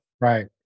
Right